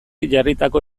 jarritako